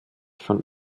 von